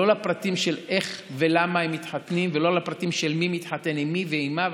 לא לפרטים של איך ולמה הם מתחתנים ולא לפרטים של מי מתחתן עם מי ועם מה.